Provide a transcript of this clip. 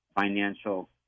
financial